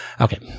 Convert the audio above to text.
Okay